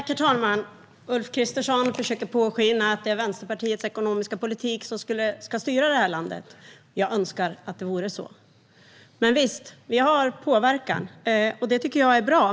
Herr talman! Ulf Kristersson försöker påskina att det är Vänsterpartiets ekonomiska politik som ska styra det här landet. Jag önskar att det vore så. Visst, vi har påverkan, och det tycker jag är bra.